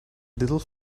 little